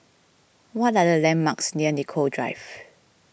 what are the landmarks near Nicoll Drive